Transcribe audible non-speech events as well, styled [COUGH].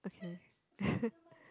okay [LAUGHS]